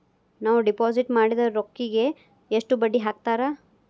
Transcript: ನಾವು ಡಿಪಾಸಿಟ್ ಮಾಡಿದ ರೊಕ್ಕಿಗೆ ಎಷ್ಟು ಬಡ್ಡಿ ಹಾಕ್ತಾರಾ?